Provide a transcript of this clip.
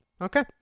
Okay